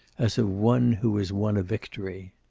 as of one who has won a victory.